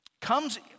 Comes